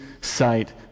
sight